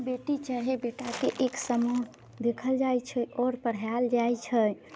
बेटी चाहे बेटाके एक समान देखल जाइ छै आओर पढ़ायल जाइ छै